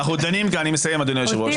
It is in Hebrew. אני מסיים, אדוני היושב-ראש.